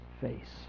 face